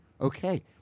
okay